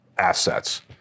assets